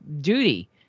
duty